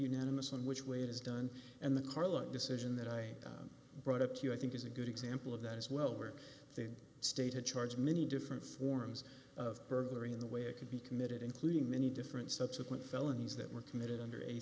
unanimous on which way it is done and the carlat decision that i brought up to you i think is a good example of that as well where they state a charge many different forms of burglary in the way it could be committed including many different subsequent felonies that were committed under